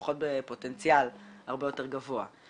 לפחות בפוטנציאל הרבה יותר גבוה.